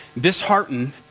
Disheartened